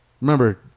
Remember